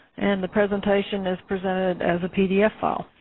and the presentation is presented as a pdf file.